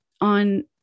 on